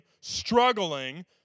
struggling